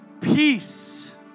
peace